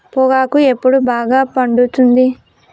పొగాకు ఎప్పుడు బాగా పండుతుంది?